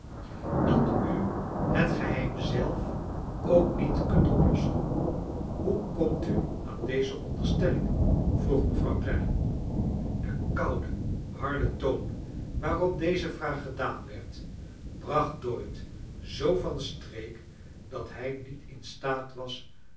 dat u het geheim zelf ook niet kunt oplossen hoe komt u aan deze onderstelling v vroeg mevrouw clennam de koude harde toon waarop deze vraag gedaan werd bracht dorrit zoo van streek dat hij niet in staat was